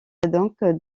donc